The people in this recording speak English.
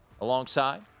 Alongside